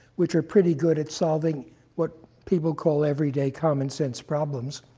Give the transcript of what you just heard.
which are pretty good at solving what people call everyday common sense problems.